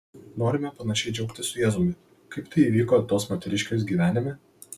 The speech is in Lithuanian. norime panašiai džiaugtis su jėzumi kaip tai įvyko tos moteriškės gyvenime